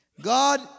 God